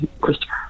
Christopher